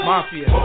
Mafia